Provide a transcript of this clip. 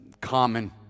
common